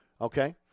okay